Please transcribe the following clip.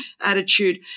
attitude